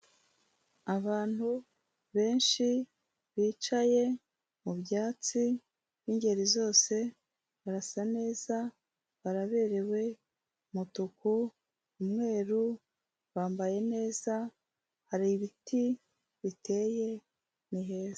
Abantu benshi bicaye mu byatsi b'ingeri zose, barasa neza, baraberewe, umutuku, umweru, bambaye neza, hari ibiti biteye ni heza.